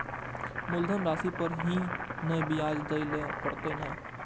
मुलधन राशि पर ही नै ब्याज दै लै परतें ने?